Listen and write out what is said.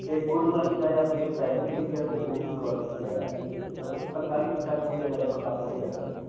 ਅਤੇ ਗੁੜ ਵਾਲੀ ਚਾਏ ਆਪਣੀ ਸਪੈਸ਼ਲੀ ਹੁੰਦੀ ਹੈ ਅਤੇ ਉਹ ਵੀ ਕੋਸਟਲੀ ਪੈ ਜਾਂਦੀ ਹੈ ਮਤਲਬ ਕਿ ਪੰਤਾਲੀ ਪੰਤਾਲੀ ਰੁਪਏ ਦਾ ਇੱਕ ਕੱਪ ਹੁੰਦਾ ਇਨ੍ਹਾਂ ਦਾ ਜੀ